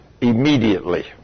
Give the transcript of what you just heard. immediately